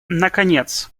наконец